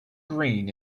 green